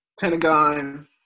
Pentagon